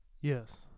Yes